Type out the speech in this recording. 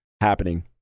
happening